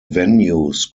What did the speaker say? venues